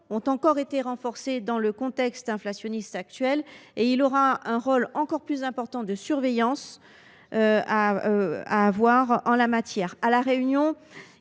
ont encore été renforcées dans le contexte inflationniste actuel et il devra jouer un rôle encore plus important de surveillance en la matière. À La Réunion,